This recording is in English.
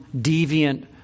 deviant